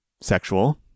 sexual